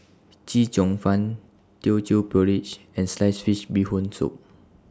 Chee Cheong Fun Teochew Porridge and Sliced Fish Bee Hoon Soup